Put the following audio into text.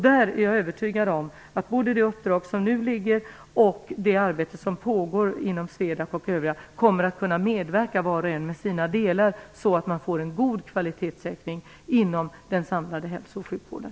Jag är övertygad om att man genom både det uppdrag som nu ligger och det arbete som pågår inom bl.a. SWEDAC kommer att kunna medverka, var och en med sina delar, till en god kvalitetssäkring inom den samlade hälso och sjukvården.